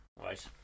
right